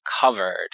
covered